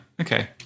Okay